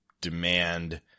demand